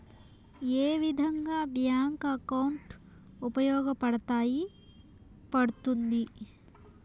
ఏ విధంగా bank account ఉపయోగపడతాయి పడ్తుంది